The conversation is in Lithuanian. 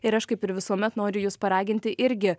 ir aš kaip ir visuomet noriu jus paraginti irgi